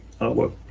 artwork